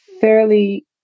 fairly